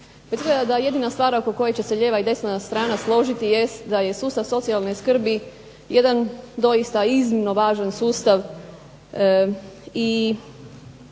jedina stvar oko koje će se lijeva i desna strana složiti jest da je sustav socijalne skrbi jedan doista iznimno važan sustav i